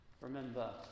Remember